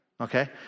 Okay